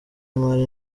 y’imari